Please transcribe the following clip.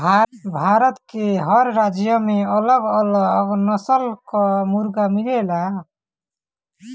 भारत के हर राज्य में अलग अलग नस्ल कअ मुर्गा मिलेलन